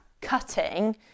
cutting